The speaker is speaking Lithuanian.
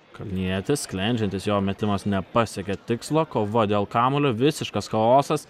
kalnietis sklendžiantis jo metimas nepasiekia tikslo kova dėl kamuolio visiškas chaosas